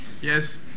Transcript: Yes